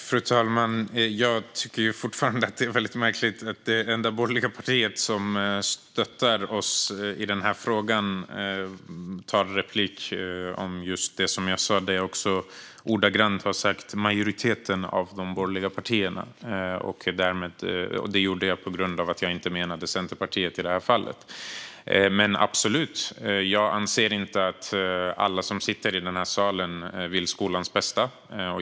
Fru talman! Jag tycker fortfarande att det är märkligt att det enda borgerliga parti som stöttar oss i den här frågan tar replik om det som jag sa och som ordagrant var "majoriteten av de borgerliga partierna". Det gjorde jag för att jag i det här fallet inte menade Centerpartiet. Men absolut, jag anser inte att alla som sitter i den här salen vill skolans bästa.